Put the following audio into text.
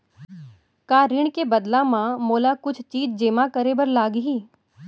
का ऋण के बदला म मोला कुछ चीज जेमा करे बर लागही?